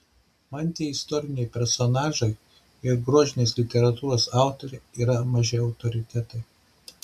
man tie istoriniai personažai ir grožinės literatūros autoriai yra maži autoritetai